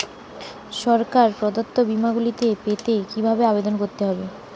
সরকার প্রদত্ত বিমা গুলি পেতে কিভাবে আবেদন করতে হবে?